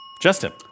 Justin